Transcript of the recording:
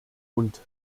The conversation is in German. und